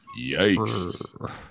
Yikes